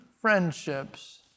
friendships